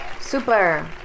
Super